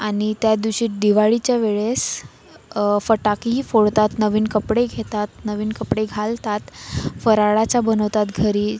आणि त्या दिवशी दिवाळीच्या वेळेस फटाकेही फोडतात नवीन कपडे घेतात नवीन कपडे घालतात फराळाचं बनवतात घरी